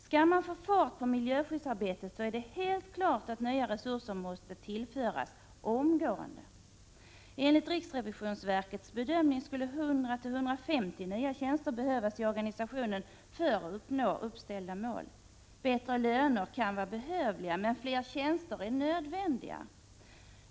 Skall man få fart på miljöskyddsarbetet är det helt klart att nya resurser måste tillföras omgående. Enligt riksrevisionsverkets bedömning skulle 100-150 nya tjänster behövas i organisationen för att nå uppställda mål. Bättre löner kan vara behövliga, men fler tjänster är nödvändiga.